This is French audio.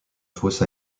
fosse